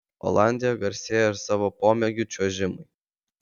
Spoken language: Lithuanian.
olandija garsėja ir savo pomėgiu čiuožimui